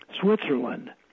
Switzerland